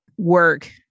work